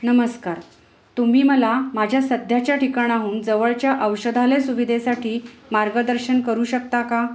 नमस्कार तुम्ही मला माझ्या सध्याच्या ठिकाणाहून जवळच्या औषधालय सुविधेसाठी मार्गदर्शन करू शकता का